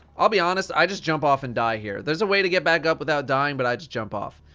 i'll be honest, i just jump off and die here. there's a way to get back up without dying, but i just jump off.